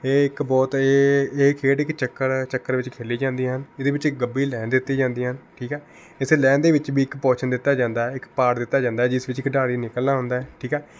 ਇਹ ਇੱਕ ਬਹੁਤ ਏ ਇਹ ਖੇਡ ਇੱਕ ਚੱਕਰ ਚੱਕਰ ਵਿੱਚ ਖੇਡੀ ਜਾਂਦੀ ਆਂ ਇਹਦੇ ਵਿੱਚ ਇੱਕ ਗੱਭੇ ਲਾਈਨ ਦਿੱਤੀ ਜਾਂਦੀ ਆਂ ਠੀਕ ਆ ਇਸ ਲਾਈਨ ਦੇ ਵਿੱਚ ਵੀ ਇੱਕ ਪੋਰਸ਼ਨ ਦਿੱਤਾ ਜਾਂਦਾ ਹੈ ਇੱਕ ਪਾਰਟ ਦਿੱਤਾ ਜਾਂਦਾ ਹੈ ਜਿਸ ਵਿੱਚ ਖਿਡਾਰੀ ਨਿਕਲਣਾ ਹੁੰਦਾ ਹੈ ਠੀਕ ਆ